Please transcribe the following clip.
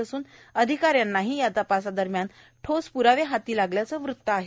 तसंच अधिका यांनाही या तपासादरम्यान ठोस प्रावे हाती लागल्याचं वृत्त आहे